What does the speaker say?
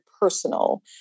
personal